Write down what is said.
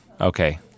Okay